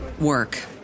work